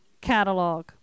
Catalog